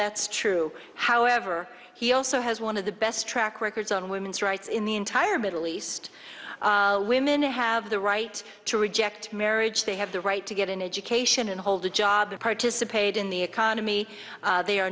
that's true however he also has one of the best track records on women's rights in the entire middle east women have the right to reject marriage they have the right to get an education and hold a job or participate in the economy they are